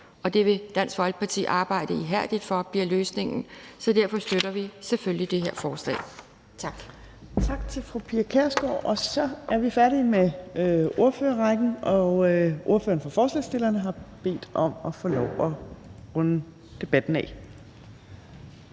og det vil Dansk Folkeparti arbejde ihærdigt for bliver løsningen. Derfor støtter vi selvfølgelig det her forslag. Tak. Kl. 15:45 Tredje næstformand (Trine Torp): Tak til fru Pia Kjærsgaard. Så er vi færdig med ordførerrækken, og ordføreren for forslagsstillerne har bedt om at få lov til at runde debatten af.